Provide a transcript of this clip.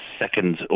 second